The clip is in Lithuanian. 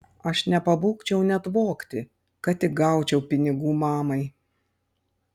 aš nepabūgčiau net vogti kad tik gaučiau pinigų mamai